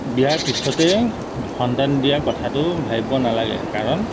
বিয়াৰ পিছতেই সন্তান দিয়াৰ কথাটো ভাবিব নালাগে কাৰণ